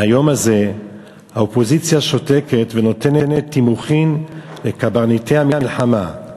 מהיום הזה האופוזיציה שותקת ונותנת תימוכין לקברניטי המלחמה.